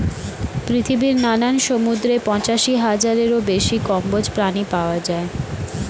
পৃথিবীর নানান সমুদ্রে পঁচাশি হাজারেরও বেশি কম্বোজ প্রাণী পাওয়া যায়